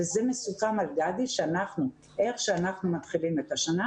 ומוסכם על גדי שאיך שאנחנו מתחילים את השנה,